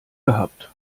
gehabt